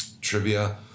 Trivia